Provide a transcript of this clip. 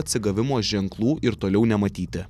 atsigavimo ženklų ir toliau nematyti